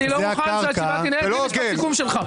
אני לא מוכן שהישיבה תינעל בלי משפט סיכום שלך.